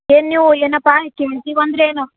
ಏನು ನೀವು ಏನಪ್ಪಾ ಕೇಳ್ತೀವಿ ಅಂದ್ರೇನು